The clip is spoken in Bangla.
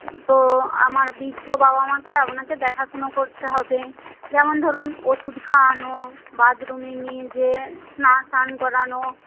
তো আমার বৃদ্ধ বাবা মাকে আপনাকে দেখাশুনো করতে হবে যেমন ধরুন ওষুধ খাওয়ানো বাথরুমে নিয়ে গিয়ে স্নান করানো